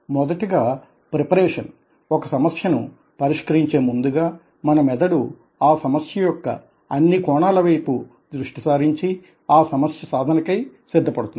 మొదటగా ప్రిపరేషన్ ఒక సమస్యను పరిష్కరించే ముందుగా మన మెదడు ఆ సమస్య యొక్క అన్ని కోణాల వైపు దృష్టి సారించి ఆ సమస్య సాధనకై సిద్ధపడుతుంది